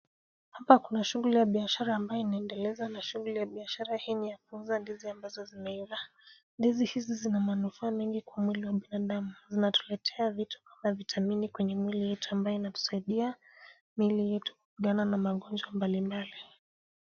Hapa kuna shughuli ya biashara ambayo inaendelezwa na shughuli ya biashara hii ni ya kuuza ndizi ambazo zimeiva. Ndizi hizi zina manufaa mingi kwa mwili wa binadamu zinatuletea vitu na vitamini kwenye mwilini yetu ambayo inatusaidia miili yetu kulingana na magonjwa mbali mbali.